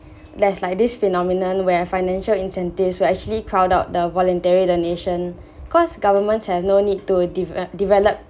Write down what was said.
there's like this phenomenon where financial incentives will actually crowd out the voluntary donation because governments have no need to dev~ develop